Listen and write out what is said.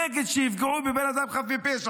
נגד שיפגעו בבן אדם חף מפשע,